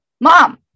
mom